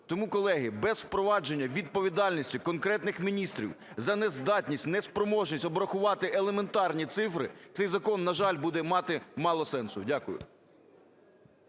Тому, колеги, без впровадження відповідальності конкретних міністрів за нездатність, неспроможність обрахувати елементарні цифри, цей закон, на жаль, буде мати мало сенсу. Дякую.